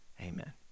amen